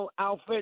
outfit